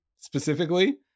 specifically